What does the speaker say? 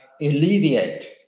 alleviate